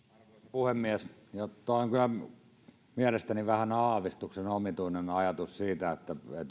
puhemies on kyllä mielestäni aavistuksen omituinen ajatus siitä että